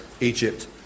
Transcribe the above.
Egypt